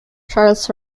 charles